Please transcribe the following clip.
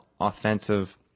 offensive